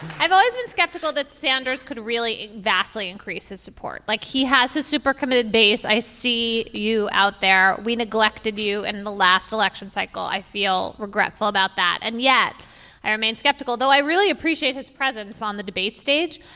i've always been skeptical that sanders could really vastly increase his support like he has a super committee base. i see you out there. we neglected you in and the last election cycle. i feel regretful about that and yet i remain skeptical though i really appreciate his presence on the debate stage.